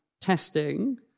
testing